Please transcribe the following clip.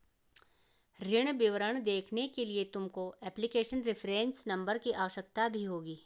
ऋण विवरण देखने के लिए तुमको एप्लीकेशन रेफरेंस नंबर की आवश्यकता भी होगी